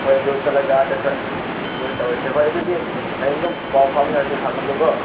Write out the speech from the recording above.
ꯍꯣꯏ ꯑꯗꯨ ꯆꯠꯂꯒ ꯑꯥꯗ ꯈꯔ ꯏꯟꯖꯣꯏ ꯇꯧꯔꯁꯦ ꯍꯣꯏ ꯑꯗꯨꯗꯤ ꯍꯌꯦꯡ ꯑꯗꯨꯝ ꯄꯥꯎ ꯐꯥꯎꯅꯔꯁꯦ ꯊꯝꯃꯒꯦꯀꯣ